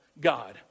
God